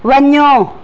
वञो